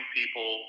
people